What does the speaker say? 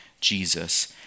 Jesus